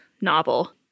novel